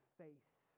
face